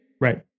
Right